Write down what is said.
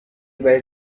برای